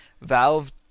Valve